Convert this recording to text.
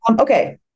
Okay